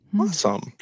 Awesome